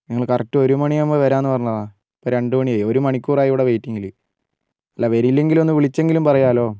നിങ്ങള് കറക്ട് ഒരു മണി ആകുമ്പോൾ വരാന്നു പറഞ്ഞത് ഇപ്പം രണ്ടു മണിയായി ഒരു മണിക്കൂറായി ഇവിടെ വെയിറ്റിങ്ങില് ല്ല വരില്ലെങ്കില് ഒന്ന് വിളിച്ചെങ്കിലും പറയാലോ